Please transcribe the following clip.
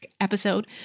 episode